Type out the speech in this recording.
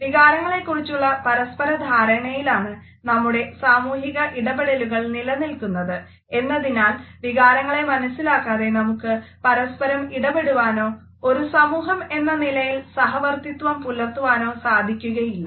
വികാരങ്ങളെക്കുറിച്ചുള്ള പരസ്പരധാരണയിലാണ് നമ്മുടെ സാമൂഹിക ഇടപെടലുകൾ നിലനിൽക്കുന്നത് എന്നതിനാൽ വികാരങ്ങളെ മനസിലാക്കാതെ നമുക്ക് പരസ്പരം ഇടപെടുവാനോ ഒരു സമൂഹം എന്ന നിലയിൽ സഹവർത്തിത്വം പുലർത്താനോ സാധിക്കുകയില്ല